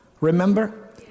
Remember